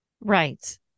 Right